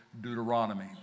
Deuteronomy